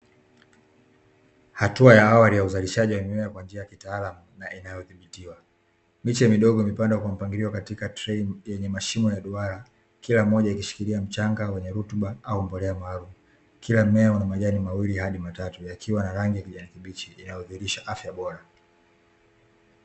Hatua ya awali ya uzalishaji wa mimea kwa njia ya kitaalamu na inayo dhibitiwa, miche midogo imepandwa kwa mpangilio katika trei yenye mashimo ya duara, kila moja ikishikiria mchanga wenye rutuba au mbolea maalumu, kila mmea una majani mawili adi matatu yakiwa na rangi ya kijani kibichi inayo dhihirisha afya bora.